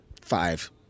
five